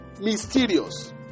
mysterious